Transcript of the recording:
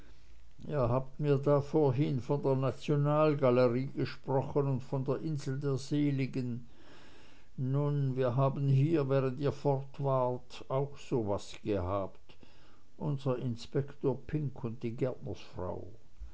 ihr habt mir da vorhin von der nationalgalerie gesprochen und von der insel der seligen nun wir haben hier während ihr fort wart auch so was gehabt unser inspektor pink und die